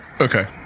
Okay